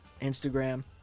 Instagram